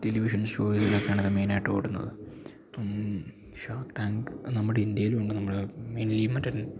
television ഷോയിലിതക്കെയാണ് മെയ്നായ്ട്ടോടുന്നത് അപ്പം ഷാക് ടാങ്ക് നമ്മുടെ ഇന്ത്യയിലും ഉണ്ട് നമ്മുടെ മേയ്ൻലി മറ്റെ